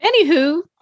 Anywho